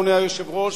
אדוני היושב-ראש,